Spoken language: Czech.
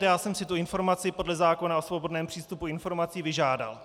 Já jsem si tu informaci podle zákona o svobodném přístupu k informacím vyžádal.